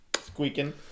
squeaking